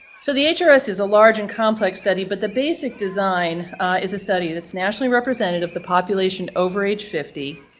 so the hrs is a large and complex study, but the basic design is a study that's nationally represented of the population over age fifty.